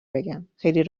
بگم، خیلی